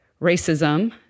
racism